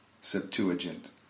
Septuagint